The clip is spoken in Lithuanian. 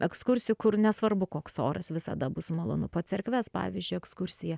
ekskursijų kur nesvarbu koks oras visada bus malonu po cerkves pavyzdžiui ekskursija